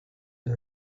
are